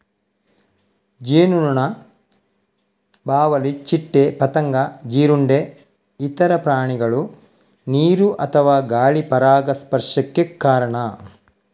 ಜೇನುನೊಣ, ಬಾವಲಿ, ಚಿಟ್ಟೆ, ಪತಂಗ, ಜೀರುಂಡೆ, ಇತರ ಪ್ರಾಣಿಗಳು ನೀರು ಅಥವಾ ಗಾಳಿ ಪರಾಗಸ್ಪರ್ಶಕ್ಕೆ ಕಾರಣ